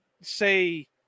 say